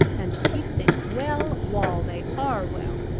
and to keep things well while they are well.